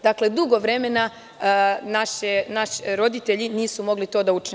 Dakle, dugo vremena naši roditelji nisu mogli to da učine.